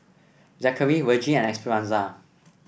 Zackery Vergie and Esperanza